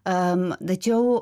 am tačiau